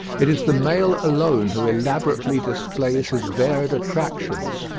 it is the male alone who elaborately displays his varied attractions,